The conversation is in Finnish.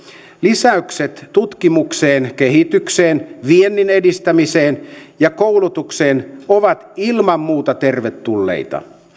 lisäykset tutkimukseen kehitykseen viennin edistämiseen ja koulutukseen ovat ilman muuta tervetulleita